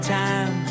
time